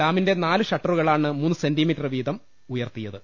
ഡാമിന്റെ നാല് ഷട്ടറു കളാണ് മൂന്ന് സെന്റിമീറ്റർ വീതം ഉയർത്തിയത്